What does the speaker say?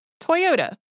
Toyota